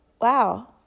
wow